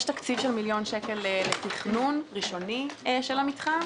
יש תקציב של מיליון שקל לתכנון ראשוני של המתחם.